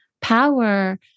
Power